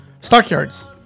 Stockyards